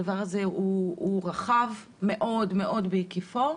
הדבר הזה הוא רחב מאוד מאוד בהיקפו.